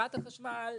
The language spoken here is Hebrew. מחברת החשמל,